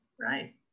Right